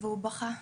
והוא בכה.